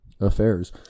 Affairs